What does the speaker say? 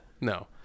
no